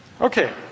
Okay